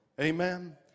Amen